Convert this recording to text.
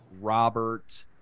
Robert